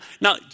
Now